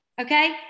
Okay